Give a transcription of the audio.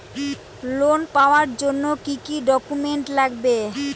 Loan পাওয়ার জন্যে কি কি ডকুমেন্ট লাগবে?